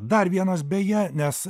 dar vienas beje nes